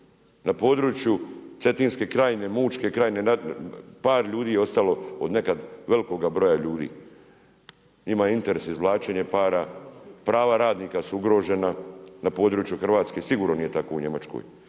Na području Cetinske krajine, Mućke krajine, par ljudi je opstalo od nekad velikog broja ljudi. Njima interes izvlačenje para, prav radnika su ugrožena, na području Hrvatske, sigurno nije tako u Njemačkoj.